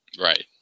Right